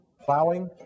plowing